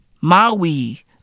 Maui